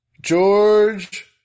George